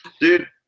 dude